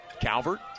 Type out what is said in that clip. Calvert